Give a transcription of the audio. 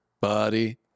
body